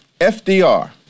FDR